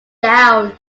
down